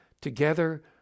Together